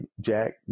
Jack